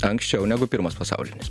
anksčiau negu pirmas pasaulinis